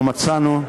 ומצאנו,